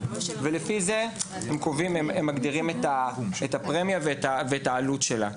ולפי זה הם מגדירים את הפרמיה ואת העלות שלה.